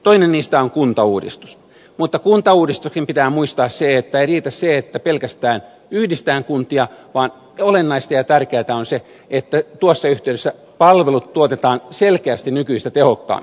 toinen niistä on kuntauudistus mutta kuntauudistuksessa pitää muistaa se että ei riitä että pelkästään yhdistetään kuntia vaan olennaista ja tärkeätä on se että tuossa yhteydessä palvelut tuotetaan selkeästi nykyistä tehokkaammin